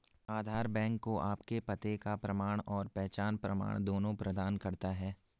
आधार bank को आपके पते का प्रमाण और पहचान प्रमाण दोनों प्रदान करता है